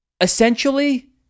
essentially